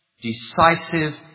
decisive